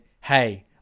Hey